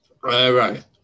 Right